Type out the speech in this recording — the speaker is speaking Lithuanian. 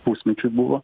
pusmečiui buvo